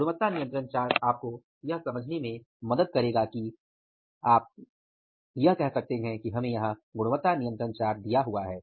गुणवत्ता नियंत्रण चार्ट आपको यह समझने में मदद करेगा कि आप यह कह सकते हैं कि हमें यहाँ गुणवत्ता नियंत्रण चार्ट दिया हुआ है